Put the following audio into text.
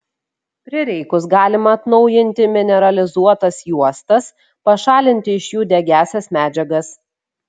prireikus galima atnaujinti mineralizuotas juostas pašalinti iš jų degiąsias medžiagas